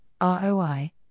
ROI